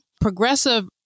progressive